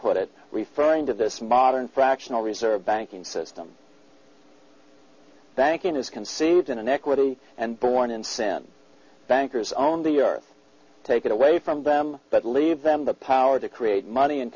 it referring to this modern fractional reserve banking system thanking as conceived in equity and born in sin bankers own the earth take it away from them but leave them the power to create money